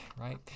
right